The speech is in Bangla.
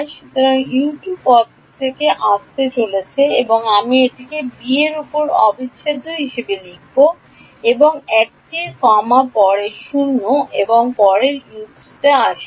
সুতরাং U2 পদটি এ থেকে আসতে চলেছে আমি এটিকে b এর ওপরে অবিচ্ছেদ্য হিসাবে লিখব এবং 1 টি কমা 0 পরের U3 আসবে